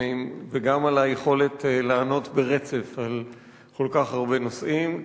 וגם על היכולת לענות ברצף על כל כך הרבה נושאים.